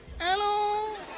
Hello